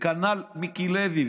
וכנ"ל מיקי לוי.